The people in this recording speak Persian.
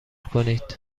کنید